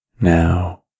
Now